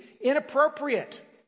inappropriate